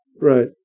Right